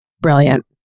Brilliant